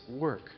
work